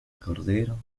cordero